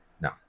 No